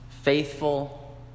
Faithful